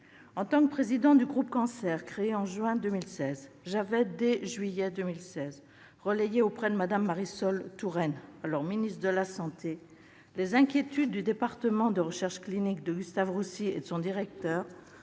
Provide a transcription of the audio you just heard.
En tant que présidente du groupe « cancer », créé en juin 2016, j'avais, dès juillet 2016, relayé auprès de Mme Marisol Touraine, alors ministre de la santé, les inquiétudes du département de recherche clinique de Gustave-Roussy et de son directeur